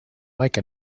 like